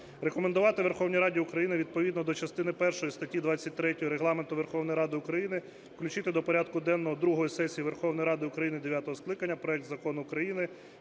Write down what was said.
рекомендувати Верховній Раді України відповідно до частини першої статті 23 Регламенту Верховної Ради України включити до порядку денного другої сесії Верховної Ради України дев'ятого скликання проект Закону України